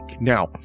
Now